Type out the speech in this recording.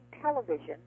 television